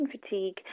fatigue